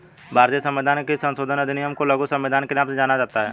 भारतीय संविधान के किस संशोधन अधिनियम को लघु संविधान के नाम से जाना जाता है?